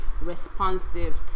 responsive